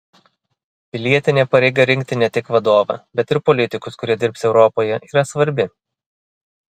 pilietinė pareiga rinkti ne tik vadovą bet ir politikus kurie dirbs europoje yra svarbi